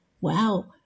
Wow